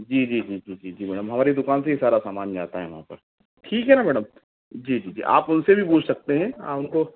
जी जी जी जी जी जी मैडम हमारी दुकान से ही सारा सामान जाता है वहाँ पर ठीक हैना मैडम जी जी जी आप उन्से भी पूछ सकते है आ उनको